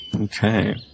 Okay